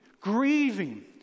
grieving